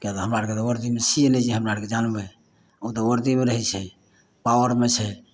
किए तऽ हमरा आरके वर्दीमे छियै नहि जे हमरा आरके जानबै ओ तऽ वर्दीमे रहै छै पावरमे छै